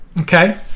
okay